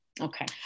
Okay